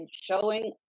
showing